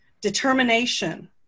determination